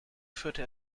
führte